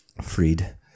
Freed